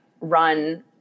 run